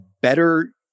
better